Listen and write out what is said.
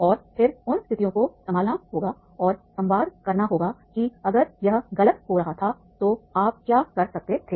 और फिर उन स्थितियों को संभालना होगा और संवाद करना होगा कि अगर यह गलत हो रहा था तो आप क्या कर सकते थे